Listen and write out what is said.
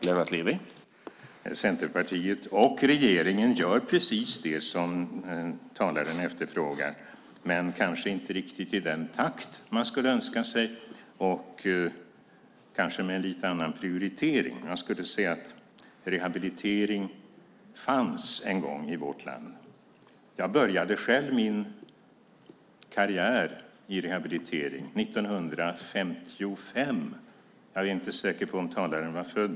Herr talman! Centerpartiet och regeringen gör precis det som talaren efterfrågar men kanske inte riktigt i den takt man skulle önska sig och kanske med en lite annan prioritering. Jag skulle säga att rehabilitering fanns en gång i vårt land. Jag började själv min karriär i rehabilitering 1955 - jag är inte säker på om talaren var född då.